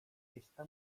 está